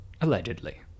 Allegedly